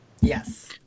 Yes